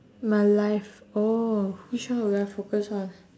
my life oh which one would I focus on